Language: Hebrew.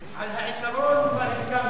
על העיקרון כבר הסכמנו.